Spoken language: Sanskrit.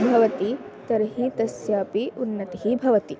भवति तर्हि तस्यापि उन्नतिः भवति